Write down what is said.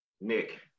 Nick